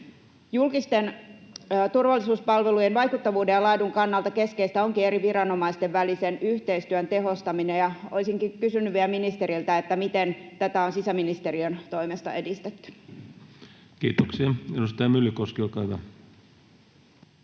Julkisten turvallisuuspalvelujen vaikuttavuuden ja laadun kannalta keskeistä onkin eri viranomaisten välisen yhteistyön tehostaminen, ja olisinkin kysynyt vielä ministeriltä, miten tätä on sisäministeriön toimesta edistetty. Kiitoksia. — Edustaja Myllykoski, olkaa hyvä.